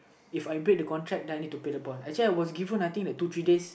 If I break the contract then I need to pay the bond actually I was given I think the two three days